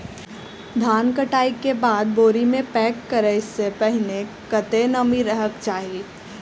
धान कटाई केँ बाद बोरी मे पैक करऽ सँ पहिने कत्ते नमी रहक चाहि?